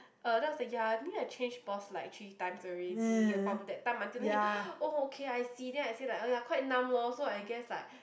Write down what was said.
uh tthen I was like yeah I think I change boss like three times already from that time until then he oh okay I see then I say like oh yea quite numb loh so I guess like